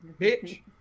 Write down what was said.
bitch